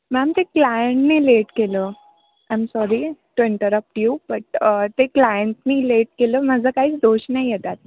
ma'am ते क्लायंटनी late केलं am sorry to interrupt you but ते क्लायंटनी लेट केलं माझं काहीच दोष नाही आहे त्यात